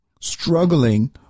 struggling